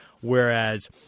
whereas